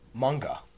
Manga